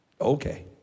Okay